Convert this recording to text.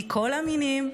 מכל המינים,